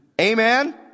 Amen